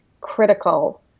critical